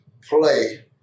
play